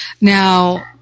Now